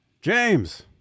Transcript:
James